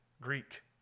Greek